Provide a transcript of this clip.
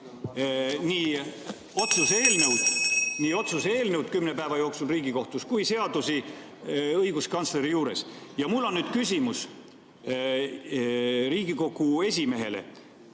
nii otsuse eelnõu kümne päeva jooksul Riigikohtus kui ka seadusi õiguskantsleri juures. Ja mul on nüüd küsimus Riigikogu esimehele.